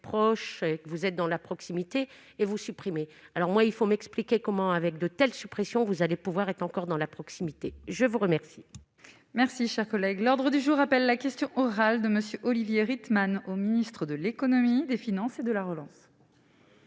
proche, vous êtes dans la proximité et vous supprimez alors moi il faut m'expliquer comment avec de telles suppressions, vous allez pouvoir être encore dans la proximité, je vous remercie. Merci, chers collègues, l'ordre du jour appelle la question orale de monsieur Olivier Rickman au ministre de l'Économie, des finances et de la relance.